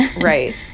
right